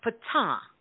Pata